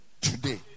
today